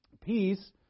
Peace